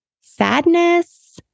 sadness